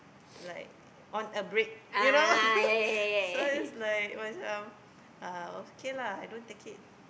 like on a break you know so it's like macam uh okay lah I don't take it